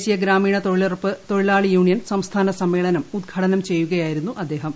ദേശീയ ഗ്രാ്മീണ തൊഴിലുറപ്പ് തൊഴിലാളി യൂണിയൻ സംസ്ഥാന സമ്മേളനം ഉദ്ഘാടനം ചെയ്യുകയായിരുന്നു അദ്ദേഹം